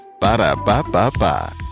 Ba-da-ba-ba-ba